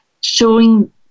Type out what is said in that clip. showing